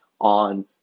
on